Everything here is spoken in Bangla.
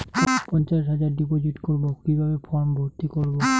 পঞ্চাশ হাজার ডিপোজিট করবো কিভাবে ফর্ম ভর্তি করবো?